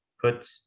put